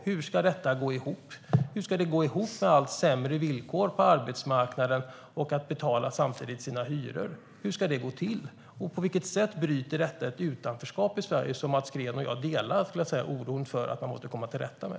Hur ska det gå ihop när villkoren på arbetsmarknaden blir allt sämre samtidigt som man ska betala sina hyror? Hur ska det gå till? Och på vilket sätt bryter detta det utanförskap i Sverige som jag och Mats Green delar oron för och som man måste komma till rätta med?